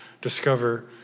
discover